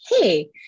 hey